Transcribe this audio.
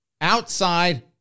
outside